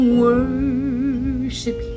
worship